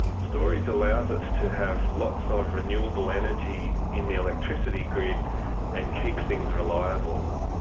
storage allows us to have lots of renewable energy in the electricity grid and keep things reliable,